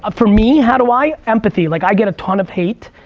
ah for me, how do i? empathy. like i get a ton of hate,